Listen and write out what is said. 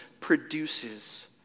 produces